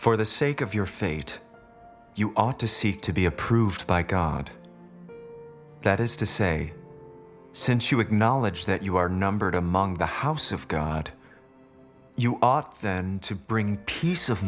for the sake of your fate you are to seek to be approved by god that is to say since you acknowledge that you are numbered among the house of god you ought then to bring peace of